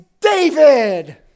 David